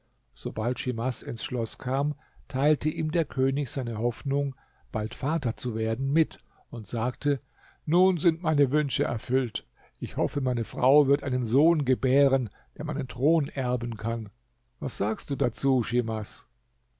sobald schimas ins schloß kam teilte ihm der könig seine hoffnung bald vater zu werden mit und sagte nun sind meine wünsche erfüllt ich hoffe meine frau wird einen sohn gebären der meinen thron erben kann was sagst du dazu schimas